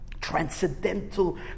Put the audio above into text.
Transcendental